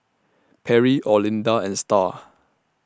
Perry Olinda and STAR